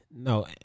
No